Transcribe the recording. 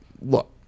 look